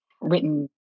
written